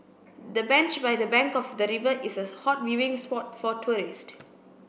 the bench by the bank of the river is a hot viewing spot for tourists